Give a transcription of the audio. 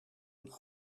een